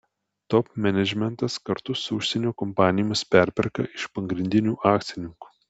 top menedžmentas kartu su užsienio kompanijomis perperka iš pagrindinių akcininkų